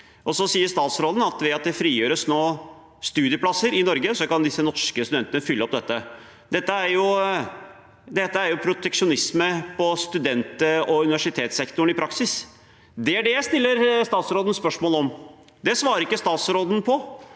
statsråden at ved at det nå frigjøres studieplasser i Norge, kan de norske studentene fylle opp disse. Dette er i praksis proteksjonisme i student- og universitetssektoren. Det er det jeg stiller statsråden spørsmål om. Det svarer ikke statsråden på.